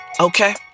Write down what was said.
Okay